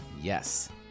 Yes